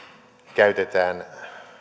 käytetään